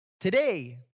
Today